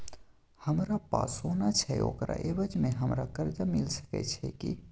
हमरा पास सोना छै ओकरा एवज में हमरा कर्जा मिल सके छै की?